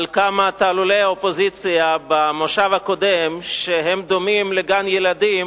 על כמה תעלולי אופוזיציה במושב הקודם שהם דומים לגן-ילדים,